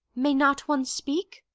may not one speak?